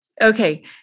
Okay